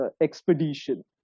expedition